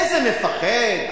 איזה מפחד?